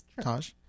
Taj